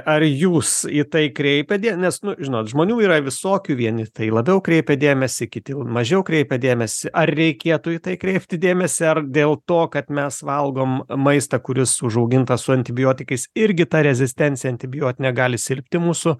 ar jūs į tai kreipiat dė nes nu žinot žmonių yra visokių vieni tai labiau kreipia dėmesį kiti mažiau kreipia dėmesį ar reikėtų į tai kreipti dėmesį ar dėl to kad mes valgom maistą kuris užaugintas su antibiotikais irgi ta rezistencija antibiotinė gali silpti mūsų